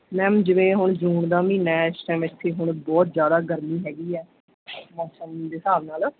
ma'am ਜਿਵੇਂ ਹੁਣ June ਦਾ ਮਹੀਨਾ ਇਸ ਟਾਈਮ ਇੱਥੇ ਹੁਣ ਬਹੁਤ ਜ਼ਿਆਦਾ ਗਰਮੀ ਹੈਗੀ ਹੈ ਦੇ ਹਿਸਾਬ ਨਾਲ